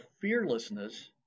fearlessness